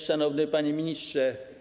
Szanowny Panie Ministrze!